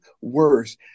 worse